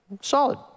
Solid